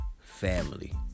family